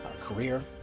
career